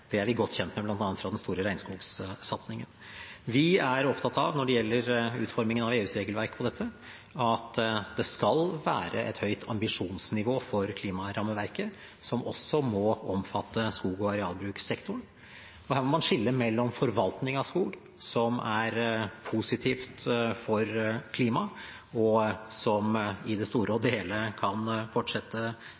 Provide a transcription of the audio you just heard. Det er vi godt kjent med bl.a. fra den store regnskogsatsingen. Når det gjelder utformingen av EUs regelverk for dette, er vi opptatt av at det skal være et høyt ambisjonsnivå for klimarammeverket, som også må omfatte skog- og arealbrukssektoren. Men her må man skille mellom forvaltning av skog, som er positivt for klimaet, og som i det store og